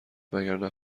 وگرنه